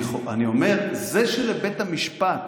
אני אומר, זה שלבית המשפט